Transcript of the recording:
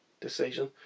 decision